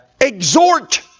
Exhort